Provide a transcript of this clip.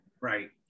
Right